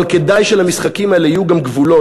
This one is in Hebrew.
אבל כדאי שלמשחקים האלה יהיו גם גבולות,